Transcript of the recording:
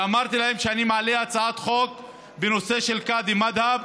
ואמרתי להם שאני מעלה הצעת חוק בנושא של קאדי מד'הב.